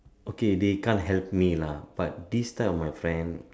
okay they can't help me lah but this type of my friend